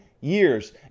years